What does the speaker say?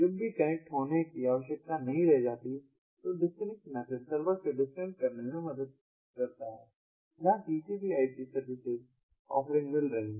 जब भी कनेक्ट होने की आवश्यकता नहीं रह जाती है तो डिस्कनेक्ट मेथड सर्वर से डिस्कनेक्ट करने में मदद करता है जहां TCP IP सर्विसेज ऑफरिंग्स मिल रही हैं